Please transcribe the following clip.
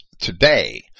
today